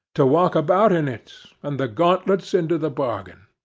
to walk about in it, and the gauntlets into the bargain.